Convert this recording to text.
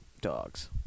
Dogs